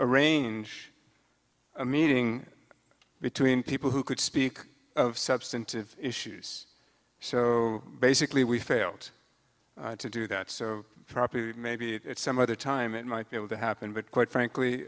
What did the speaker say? arrange a meeting between people who could speak of substantive issues so basically we failed to do that so maybe it's some other time it might be able to happen but quite frankly